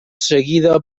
seguida